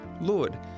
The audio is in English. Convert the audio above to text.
Lord